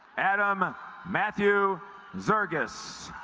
adam matthew vergis